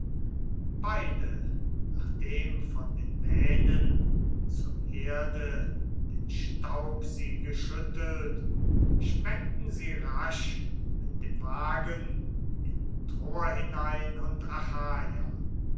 beide nachdem von den mähnen zur erde den staub sie geschüttelt sprengten sie rasch mit dem wagen in troer hinein und